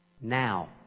Now